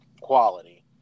quality